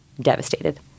devastated